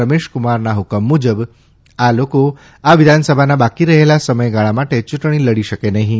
રમેશકુમારના હુકમ મુજબ આ લોકો આ વિધાનસભાના બાકી રહેલા સમયગાળા માટે ચૂંટણી લડી શકે નહિં